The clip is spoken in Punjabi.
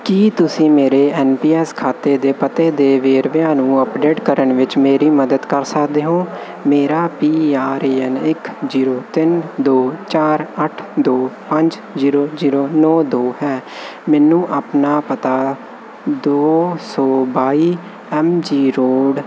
ਕੀ ਤੁਸੀਂ ਮੇਰੇ ਐੱਨ ਪੀ ਐੱਸ ਖਾਤੇ ਦੇ ਪਤੇ ਦੇ ਵੇਰਵਿਆਂ ਨੂੰ ਅਪਡੇਟ ਕਰਨ ਵਿੱਚ ਮੇਰੀ ਮਦਦ ਕਰ ਸਕਦੇ ਹੋ ਮੇਰਾ ਪੀ ਆਰ ਏ ਐੱਨ ਇੱਕ ਜ਼ੀਰੋ ਤਿੰਨ ਦੋ ਚਾਰ ਅੱਠ ਦੋ ਪੰਜ ਜ਼ੀਰੋ ਜ਼ੀਰੋ ਨੌਂ ਦੋ ਹੈ ਮੈਨੂੰ ਆਪਣਾ ਪਤਾ ਦੋ ਸੌ ਬਾਈ ਐਮ ਜੀ ਰੋਡ